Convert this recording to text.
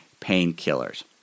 painkillers